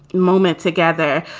moment together.